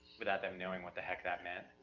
without them knowing what the heck that meant,